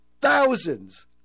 thousands